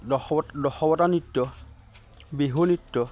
দশব দশৱতা নৃত্য বিহু নৃত্য